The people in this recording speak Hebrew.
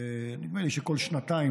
נדמה לי שכל שנתיים,